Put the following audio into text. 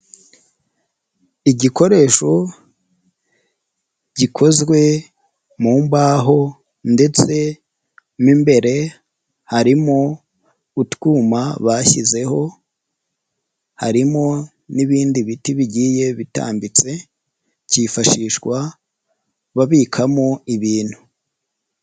Igikoresho gikozwe mu mbaho ndetse mu imbere harimo utwuma bashyizeho, harimo n'ibindi biti bigiye bitambitse cyifashishwa babikamo ibintu.